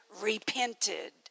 repented